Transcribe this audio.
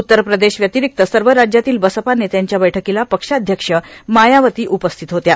उत्तर प्रदेश व्यंतिरिक्त सर्व राज्यातील बसपा नेत्यांच्या बैठकीला पक्षाध्यक्ष मायावती उपस्थित होत्या